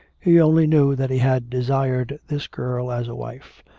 he only knew that he had desired this girl as a wife.